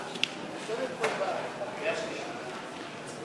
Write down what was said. חוק המכר (דירות) (תיקון מס' 6),